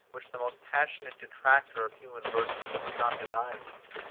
which the most passionate detractor of human virtues could not deny him,